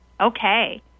Okay